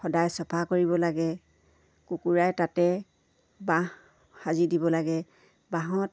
সদায় চফা কৰিব লাগে কুকুৰাই তাতে বাঁহ সাজি দিব লাগে বাঁহত